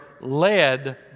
led